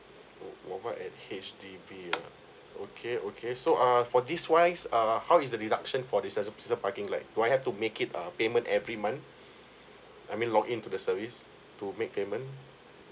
mo~ mobile at H_D_B ah okay okay okay so err for this wise err how is the deduction for this as as season parking like do I have to make it uh payment every month I mean log into the service to make payment